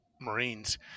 Marines